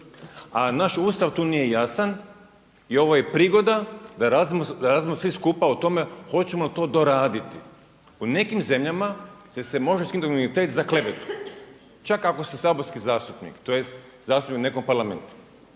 A naš Ustav tu nije jasan i ovo je prigoda da razmislimo svi skupa o tome hoćemo li to doraditi. U nekim zemljama se skinuti imunitet za klevetu čak ako ste saborski zastupnik tj. zastupnik u nekom parlamentu.